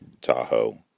Tahoe